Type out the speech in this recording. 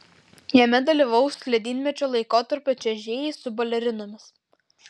jame dalyvaus ledynmečio laikotarpio čiuožėjai su balerinomis